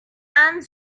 and